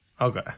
Okay